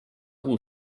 will